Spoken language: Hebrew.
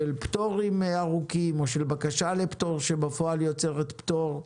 של פטורים ארוכים או של בקשה לפטור שבפועל יוצרת פטור.